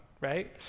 Right